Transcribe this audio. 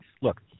look